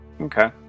Okay